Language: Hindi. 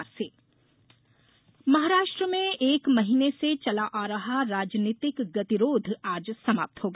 फडणवीस महाराष्ट्र में एक महीने से चला आ रहा राजनीतिक गतिरोध आज समाप्त हो गया